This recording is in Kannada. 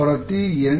ಪ್ರತಿ ಏನ್